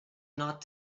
not